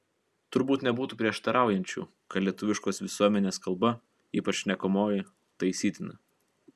turbūt nebūtų prieštaraujančių kad lietuviškos visuomenės kalba ypač šnekamoji taisytina